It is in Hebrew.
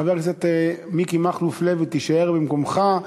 חבר הכנסת מיקי מכלוף לוי, תישאר במקומך.